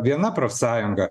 viena profsąjunga